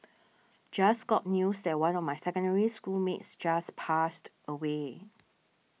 just got news that one of my Secondary School mates just passed away